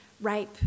rape